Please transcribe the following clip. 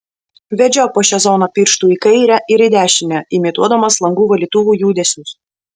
vedžiok po šią zoną pirštu į kairę ir į dešinę imituodamas langų valytuvų judesius